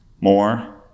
more